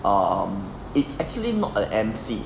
um it's actually not the emcee